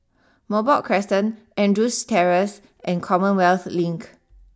Merbok Crescent Andrews Terrace and Commonwealth Link